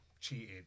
cheated